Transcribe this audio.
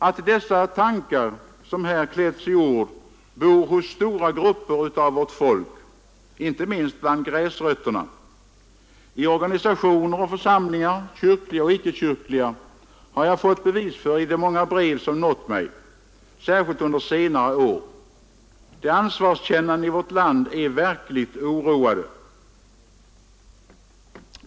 Att dessa tankar, som här klätts i ord, bor hos stora grupper av vårt folk — inte minst bland ”gräsrötterna” — i organisationer och församlingar, kyrkliga och icke kyrkliga, har jag fått bevis för i de många brev som nått mig, särskilt under senare år. De ansvarskännande i vårt land är verkligen oroade.